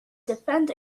defend